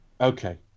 Okay